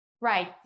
right